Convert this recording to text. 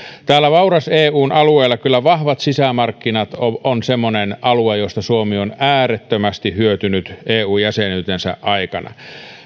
vauras eu alueella kyllä vahvat sisämarkkinat ovat semmoinen alue josta suomi on äärettömästi hyötynyt eu jäsenyytensä aikana